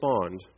respond